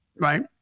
right